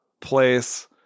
place